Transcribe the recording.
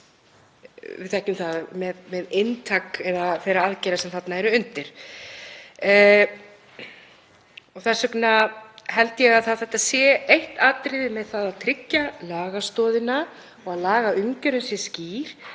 við þekkjum það með inntak þeirra aðgerða sem þarna eru undir. Þess vegna held ég að það sé eitt atriði að tryggja lagastoðina og að lagaumgjörðin sé skýr